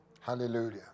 Hallelujah